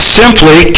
simply